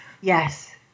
yes